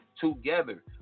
together